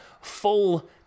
full